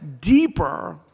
deeper